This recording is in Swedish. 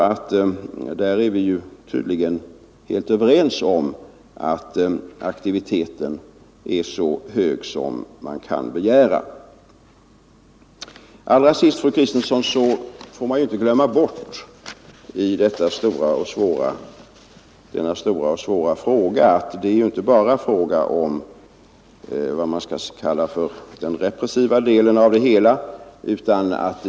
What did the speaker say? Vi är tydligen helt överens om att aktiviteten är så hög som man kan begära. Allra sist, fru Kristensson, får man inte glömma i denna stora och svåra fråga att det inte bara gäller vad man kan kalla den repressiva delen av det hela.